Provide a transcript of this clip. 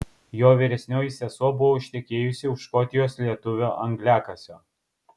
jo vyresnioji sesuo buvo ištekėjusi už škotijos lietuvio angliakasio